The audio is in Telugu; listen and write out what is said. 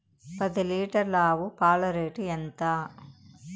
పది లీటర్ల ఆవు పాల రేటు ఎంత?